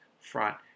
front